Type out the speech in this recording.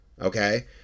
Okay